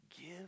give